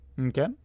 Okay